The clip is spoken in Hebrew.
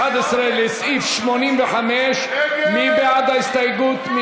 111 לסעיף 85. מי בעד ההסתייגות?